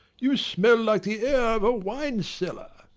you smell like the air of a wine cellar.